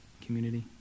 Community